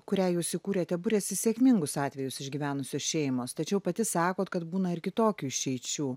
kurią jūs įkūrėte buriasi sėkmingus atvejus išgyvenusios šeimos tačiau pati sakot kad būna ir kitokių išeičių